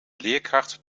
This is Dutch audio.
leerkracht